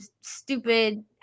stupid